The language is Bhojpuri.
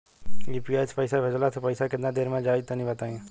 यू.पी.आई से पईसा भेजलाऽ से पईसा केतना देर मे जाई तनि बताई?